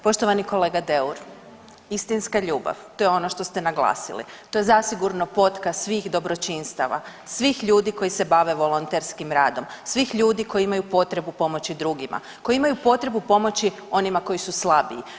Poštovani kolega Deur, istinska ljubav, to je ono što ste naglasili, to je zasigurno ... svih dobročinstava, svih ljudi koji se bave volonterskim radom, svih ljudi koji imaju potrebu pomoći drugima, koji imaju potrebu pomoći onima koji su slabiji.